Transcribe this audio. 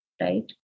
right